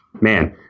man